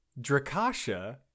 Drakasha